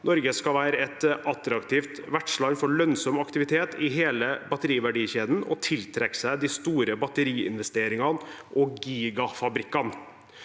Norge skal være et attraktivt vertsland for lønnsom aktivitet i hele batteriverdikjeden og tiltrekke seg de store batteriinvesteringene og gigafabrikkene.